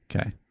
Okay